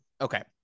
Okay